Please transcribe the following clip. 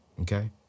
Okay